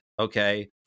okay